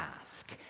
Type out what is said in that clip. ask